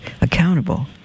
accountable